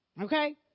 Okay